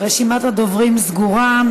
רשימת הדוברים סגורה.